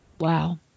Wow